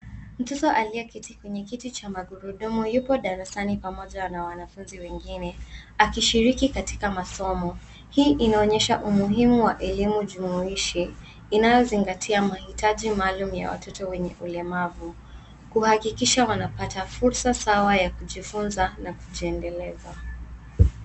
Mtoto aliyeketi kwenye kiti cha magurudumu yupo darasani pamoja na wanafunzi wengine akishiriki katika masomo. Hii inaonyesha umuhimu wa elimu jumuishi inayozingatia mahitaji maalum ya watoto wenye ulemavu kuhakikisha wanapata fursa sawa ya kujifunza na kujiendeleza.